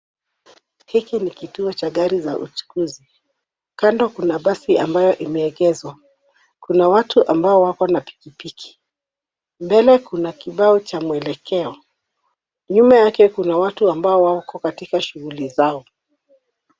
Hiki ni kituo cha gari za uchukuzi. Kando kuna basi ambayo imeegezwa. Kuna watu ambao wako na pikipiki. Mbele kuna kibao cha mwelekeo. Nyuma yake kuna watu ambao wako katika shughuli zao.